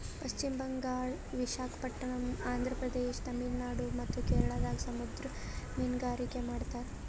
ಪಶ್ಚಿಮ್ ಬಂಗಾಳ್, ವಿಶಾಖಪಟ್ಟಣಮ್, ಆಂಧ್ರ ಪ್ರದೇಶ, ತಮಿಳುನಾಡ್ ಮತ್ತ್ ಕೇರಳದಾಗ್ ಸಮುದ್ರ ಮೀನ್ಗಾರಿಕೆ ಮಾಡ್ತಾರ